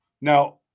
Now